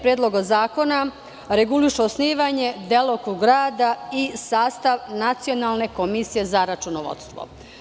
Predloga zakona regulišu osnivanje, delokrug rada i sastav Nacionalne komisije za računovodstvo.